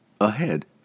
Ahead